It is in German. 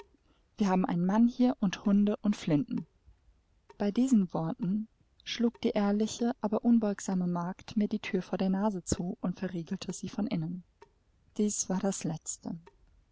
wir haben einen mann hier und hunde und flinten bei diesen worten schlug die ehrliche aber unbeugsame magd mir die thür vor der nase zu und verriegelte sie von innen dies war das letzte